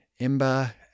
IMBA